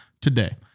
today